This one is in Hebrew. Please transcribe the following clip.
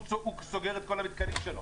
הוא סוגר את כל המתקנים שלו,